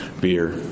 beer